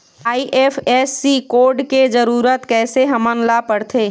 IFSC code के जरूरत कैसे हमन ला पड़थे?